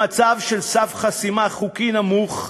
במצב של סף חסימה חוקי נמוך,